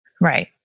Right